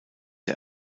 der